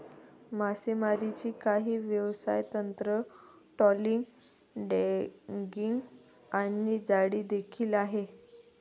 मासेमारीची काही व्यवसाय तंत्र, ट्रोलिंग, ड्रॅगिंग आणि जाळी देखील आहे